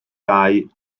dau